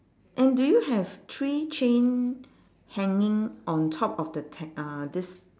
and do you have three chain hanging on top of the te~ uh this